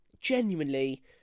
genuinely